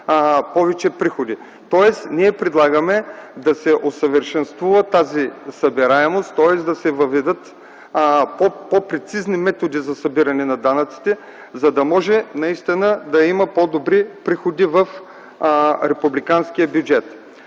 повече приходи. Ние предлагаме да се усъвършенства тази събираемост, тоест да се въведат по-прецизни методи за събиране на данъците, за да може наистина да има по-добри приходи в републиканския бюджет.